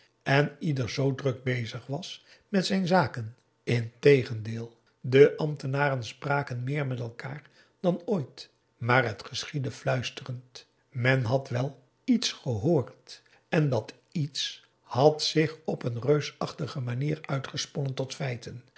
en ieder zoo druk bezig was met zijn zaken integendeel de ambtenaren spraken meer met elkaar dan ooit maar het geschiedde fluisterend men had wel iets gehoord en dat iets had zich op n reusachtige manier uitgesponnen tot feiten